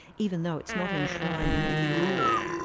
even though it's not enshrined in any law.